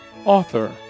Author